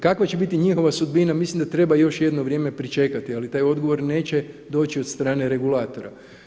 Kakva će biti njihova sudbina, mislim da treba još jedno vrijeme pričekati, ali taj odgovor neće doći od strane regulatora.